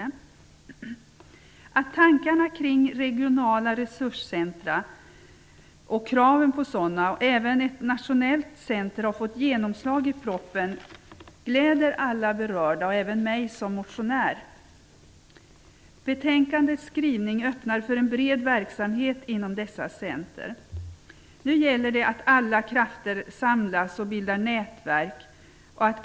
Det glädjer alla berörda och även mig som motionär att tankarna kring regionala resurscentrum, kraven på sådana och även krav på ett nationellt centrum har fått genomslag i propositionen. Betänkandets skrivning öppnar för en bred verksamhet inom dessa centrum. Nu gäller det att alla krafter samlas och att det bildas nätverk.